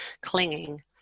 clinging